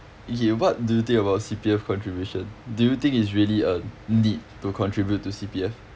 okay what do you think about C_P_F contribution do you think it's really a need to contribute to C_P_F